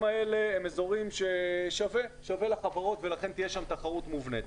האלה הם אזורים ששווה לחברות ולכן תהיה שם תחרות מובנית.